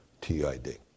TID